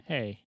Hey